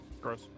Gross